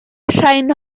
rhain